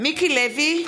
מיקי לוי,